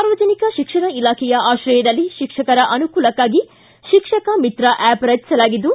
ಸಾರ್ವಜನಿಕ ಶಿಕ್ಷಣ ಇಲಾಖೆಯ ಆಕ್ರಯದಲ್ಲಿ ಶಿಕ್ಷಕರ ಅನುಕೂಲಕ್ಷಾಗಿ ಶಿಕ್ಷಕ ಮಿತ್ರ ಆಷ್ ರಚಿಸಲಾಗಿದ್ದು